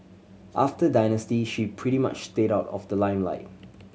after Dynasty she pretty much stayed out of the limelight